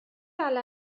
على